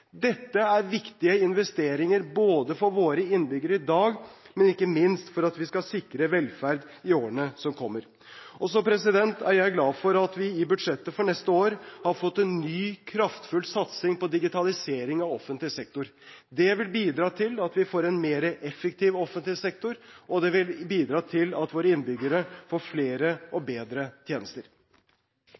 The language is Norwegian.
Dette er viktige investeringer både for våre innbyggere i dag og – ikke minst – for at vi skal sikre velferd i årene som kommer. Så er jeg glad for at vi i budsjettet for neste år har fått en ny, kraftfull satsing på digitalisering av offentlig sektor. Det vil bidra til at vi får en mer effektiv offentlig sektor, og det vil bidra til at våre innbyggere får flere og bedre tjenester.